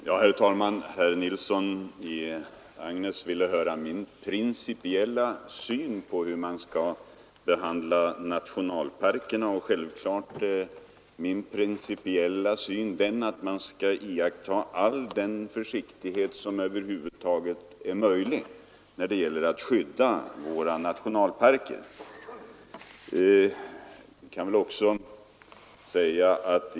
Herr talman! Herr Nilsson i Agnäs ville höra min principiella syn på hur man skall behandla nationalparkerna. Självklart är min principiella syn att man skall iakttaga all den försiktighet som över huvud taget är möjlig för att skydda våra nationalparker.